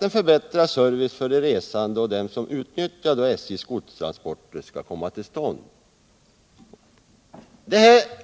bör förbättras för de resande och för dem som utnyttjar SJ:s godstransporter.